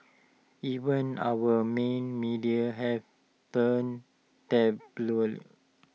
even our main media have turned tabloid